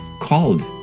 called